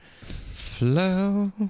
flow